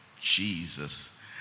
Jesus